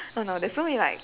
oh no there's so many like